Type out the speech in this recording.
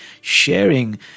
sharing